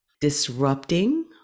disrupting